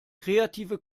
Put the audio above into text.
kreative